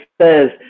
says